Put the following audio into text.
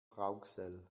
rauxel